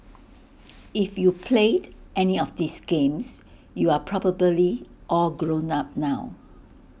if you played any of these games you are probably all grown up now